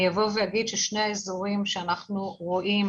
אני אבוא ואגיד ששני האזורים שאנחנו רואים